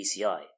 PCI